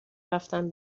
رفتم